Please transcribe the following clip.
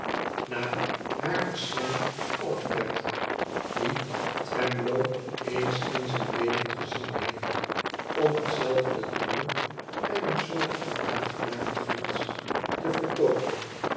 na haar verschijnt alfred dien twemlow ééns in zijn leven gezien heeft om hetzelfde te doen en een soort vannagemaakten glans te vertoonen